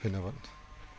ধন্যবাদ